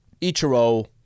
Ichiro